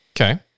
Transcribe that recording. Okay